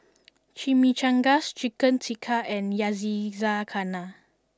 Chimichangas Chicken Tikka and Yakizakana